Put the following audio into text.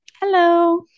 Hello